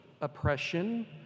oppression